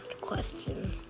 question